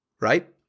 Right